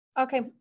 Okay